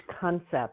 concept